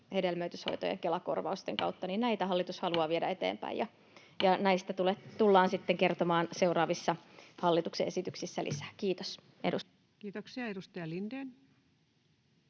hedelmöityshoitojen Kela-korvausten kautta. Näitä hallitus haluaa viedä eteenpäin, ja näistä tullaan sitten kertomaan seuraavissa hallituksen esityksissä lisää. — Kiitos. Kiitoksia. — Edustaja Lindén.